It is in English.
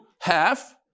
half